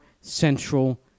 central –